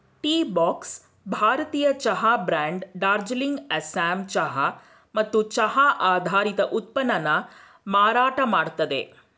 Teabox ಭಾರತೀಯ ಚಹಾ brand Darjeeling Assam ಚಹಾ ಮತ್ತು ಚಹಾ ಆಧಾರಿತ ಉತ್ಪನ್ನನ ಮಾರಾಟ ಮಾಡ್ತದೆ